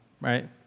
right